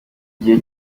gihe